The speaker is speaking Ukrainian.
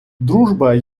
дружба